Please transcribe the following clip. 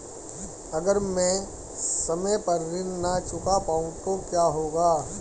अगर म ैं समय पर ऋण न चुका पाउँ तो क्या होगा?